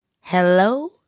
Hello